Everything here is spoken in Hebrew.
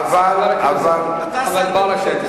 השר איתן, אתה שר בממשלת ישראל,